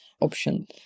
option